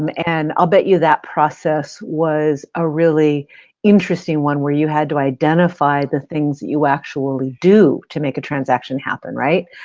um and i'll bet you that process was a really interesting one where you had to identify the things you actually do to make a transaction happen, right?